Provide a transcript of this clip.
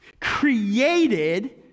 created